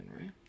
right